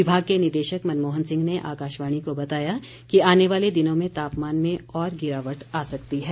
विभाग के निदेशक मनमोहन सिंह ने आकाशवाणी को बताया कि आने वाले दिनों में तापमान में और गिरावट आ सकती है